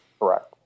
Correct